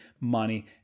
money